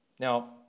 Now